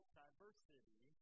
diversity